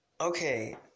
okay